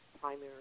primary